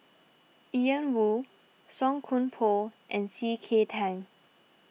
Ian Woo Song Koon Poh and C K Tang